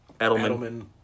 Edelman